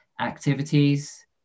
activities